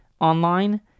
online